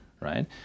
right